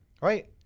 right